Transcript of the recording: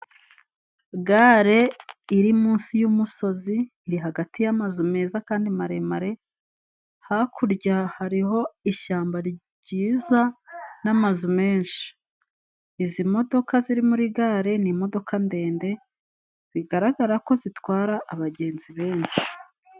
Gare iri munsi y'umusozi iri hagati y'amazu meza kandi maremare, hakurya hariho ishyamba ryiza n'amazu menshi, izi modoka ziri muri gare ni imodoka ndende bigaragara ko zitwara abagenzi benshi.